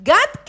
God